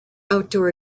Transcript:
outdoor